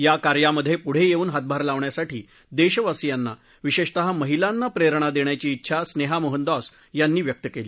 या कार्यामध्ये पुढे येऊन हातभार लावण्यासाठी देशवासियांना विशेषतः महिलांना प्रेरणा देणाची डेछा स्नेहा मोहनदॉस यांनी व्यक्त केली